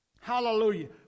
Hallelujah